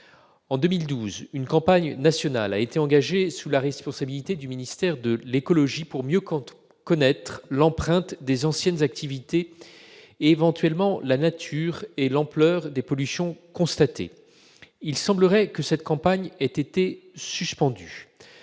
En 2012, une campagne nationale a été engagée sous la responsabilité du ministère de l'écologie pour mieux connaître l'empreinte des anciennes activités et, éventuellement, la nature et l'ampleur des pollutions constatées. Il semble que cette campagne ait été suspendue.